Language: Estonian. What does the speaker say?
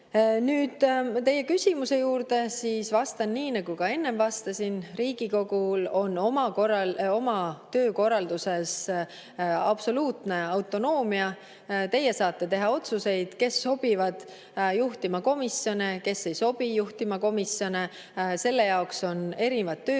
tulen teie küsimuse juurde. Vastan nii, nagu ka enne vastasin. Riigikogul on oma töökorralduses absoluutne autonoomia. Teie saate teha otsuseid, kes sobivad juhtima komisjone, kes ei sobi juhtima komisjone. Selle jaoks on erinevad tööriistad: